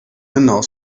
hinaus